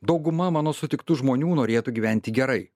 dauguma mano sutiktų žmonių norėtų gyventi gerai